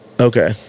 Okay